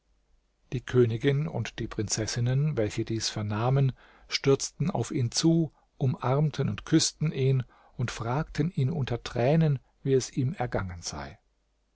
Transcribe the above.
die königin und die prinzessinnen welche dies vernahmen stürzten auf ihn zu umarmten und küßten ihn und fragten ihn unter tränen wie es ihm ergangen sei